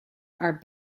are